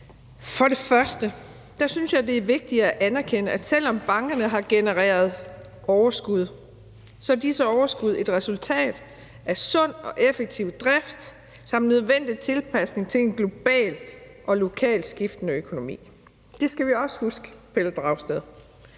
For det første synes jeg, det er vigtigt at anerkende, at selv om bankerne har genereret overskud, er disse overskud et resultat af sund og effektiv drift samt nødvendig tilpasning til en global og lokal skiftende økonomi. Det skal vi også huske, Pelle Dragsted.